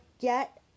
get